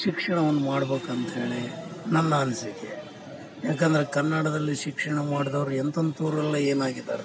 ಶಿಕ್ಷಣವನ್ನ ಮಾಡ್ಬೊಕಂತ್ಹೇಳಿ ನನ್ನ ಅನಿಸಿಕೆ ಯಾಕಂದರೆ ಕನ್ನಡದಲ್ಲಿ ಶಿಕ್ಷಣ ಮಾಡ್ದವ್ರು ಎಂತೆಂಥವ್ರೆಲ್ಲ ಏನಾಗಿದ್ದಾರೆ